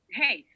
hey